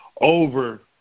over